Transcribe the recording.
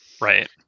Right